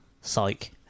Psych